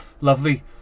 lovely